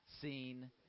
seen